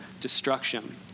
destruction